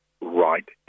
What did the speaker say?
right